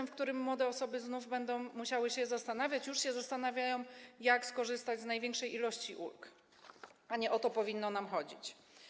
Młode osoby znów będą musiały się zastanawiać - już się zastanawiają - jak skorzystać z największej ilości ulg, a nie o to powinno nam chodzić.